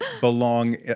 belong